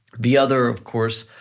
the other of course,